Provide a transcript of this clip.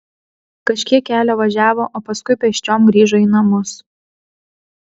kažkiek kelio važiavo o paskui pėsčiom grįžo į namus